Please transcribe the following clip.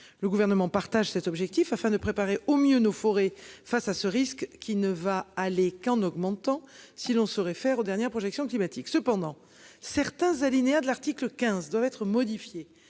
Le gouvernement partage cet objectif afin de préparer au mieux nos forêts face à ce risque qui ne va aller qu'en augmentant. Si l'on se réfère aux dernières projections climatiques cependant certains alinéa de l'article 15 doivent être modifier